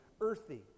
earthy